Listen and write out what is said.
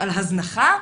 על הזנחה,